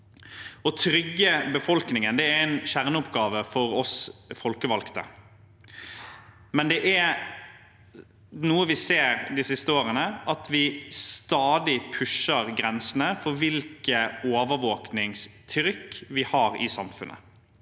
Å trygge befolkningen er en kjerneoppgave for oss folkevalgte, men noe vi har sett de siste årene, er at vi stadig pusher grensene for hvilket overvåkningstrykk vi har i samfunnet.